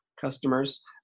customers